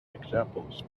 examples